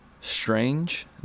strange